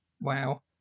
Wow